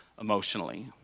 emotionally